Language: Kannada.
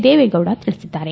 ದೇವೇಗೌಡ ತಿಳಿಸಿದ್ದಾರೆ